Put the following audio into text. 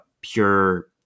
pure